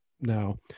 now